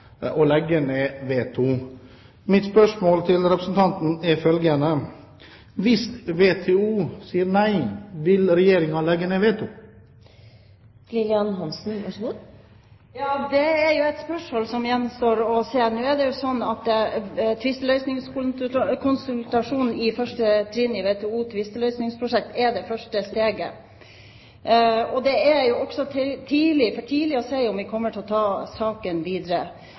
og legge ned veto. Mitt spørsmål til representanten er følgende: Hvis WTO sier nei, vil Regjeringen da legge ned veto? Det gjenstår å se. Nå er det slik at tvisteløsningskonsultasjonen er det første trinnet i WTOs tvisteløsningsprosess. Det er for tidlig å si om vi kommer til å ta saken videre.